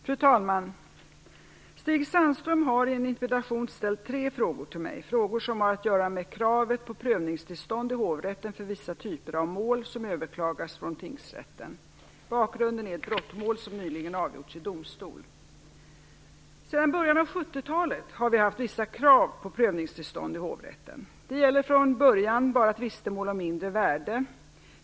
Fru talman! Stig Sandström har i en interpellation ställt tre frågor till mig, frågor som har att göra med kravet på prövningstillstånd i hovrätten för vissa typer av mål som överklagas från tingsrätten. Bakgrunden är ett brottmål som nyligen har avgjorts i domstol. Sedan början av 70-talet har vi haft vissa krav på prövningstillstånd i hovrätten. Det gällde från början bara tvistemål om mindre värden.